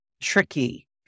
tricky